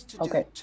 Okay